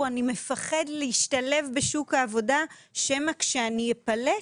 שהם מפחדים להשתלב בשוק העבודה שמא כשהם ייפלטו,